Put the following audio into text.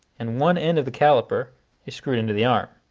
and one end of the caliper is screwed into the arm.